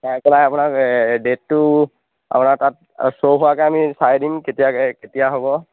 চাই পেলাই আপোনাক ডেটটো আপোনাৰ তাত শ্ব' হোৱাকে আমি চাই দিম কেতিয়াকৈ কেতিয়া হ'ব